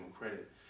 credit